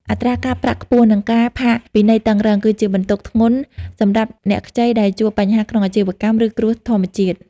អត្រាការប្រាក់ខ្ពស់ និងការផាកពិន័យតឹងរ៉ឹង គឺជាបន្ទុកធ្ងន់សម្រាប់អ្នកខ្ចីដែលជួបបញ្ហាក្នុងអាជីវកម្ម ឬគ្រោះធម្មជាតិ។